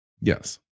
Yes